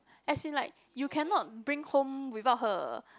as in like you cannot bring home without her